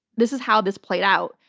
this is how this played out.